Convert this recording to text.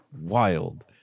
wild